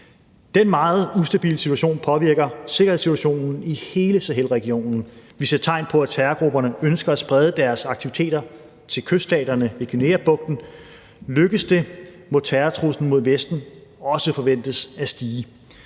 Den meget ustabile situation påvirker sikkerhedssituationen i hele Sahelregionen, og vi ser tegn på, at terrorgrupperne ønsker at sprede deres aktiviteter til kyststaterne i Guineabugten. Lykkes det, må terrortruslen mod Vesten også forventes at stige.